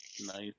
Nice